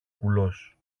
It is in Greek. κουλός